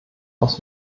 aus